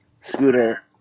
Scooter